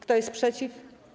Kto jest przeciw?